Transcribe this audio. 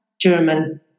German